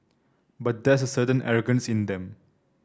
but there's a certain arrogance in them